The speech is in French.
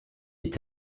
est